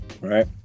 right